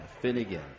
Finnegan